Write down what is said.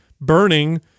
burning